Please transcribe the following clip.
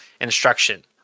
instruction